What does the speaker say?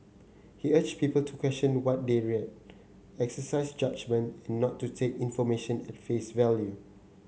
he urged people to question what they read exercise judgement and not to take information at face value